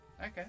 Okay